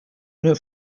une